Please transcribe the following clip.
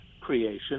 creation